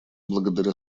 благодаря